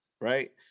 Right